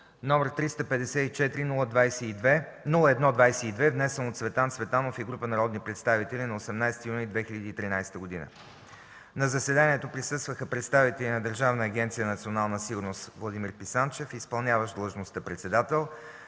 № 354-01-22, внесен от Цветан Цветанов и група народни представители на 18 юни 2013 г. На заседанието присъстваха представители на Държавна агенция „Национална сигурност”: Владимир Писанчев – и. д. председател,